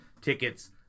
tickets